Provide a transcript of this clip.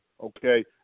okay